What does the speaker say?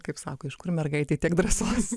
kaip sako iš kur mergaitei tiek drąsos